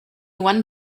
one